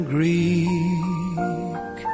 Greek